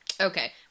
okay